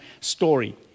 story